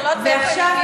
עכשיו,